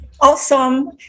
awesome